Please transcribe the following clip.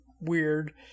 weird